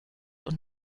und